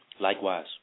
Likewise